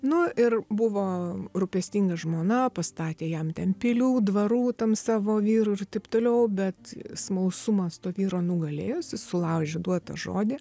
nu ir buvo rūpestinga žmona pastatė jam ten pilių dvarų tam savo vyrui ir taip toliau bet smalsumas to vyro nugalėjo jisai sulaužė duotą žodį